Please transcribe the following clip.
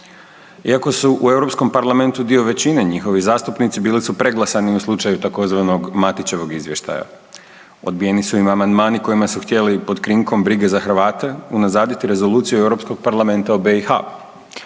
Iako su u Europskom parlamentu dio većine njihovi zastupnici bili su preglasani u slučaju tzv. Matićevog izvještaja. Odbijeni su im amandmani kojima su htjeli pod krinkom brige za Hrvate unazaditi Rezoluciju Europskog parlamenta o BiH.